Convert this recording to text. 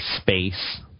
space